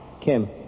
Kim